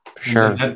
Sure